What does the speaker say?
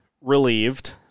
relieved